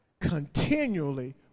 continually